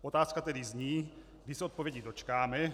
Otázka tedy zní: Kdy se odpovědi dočkáme?